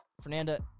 Fernanda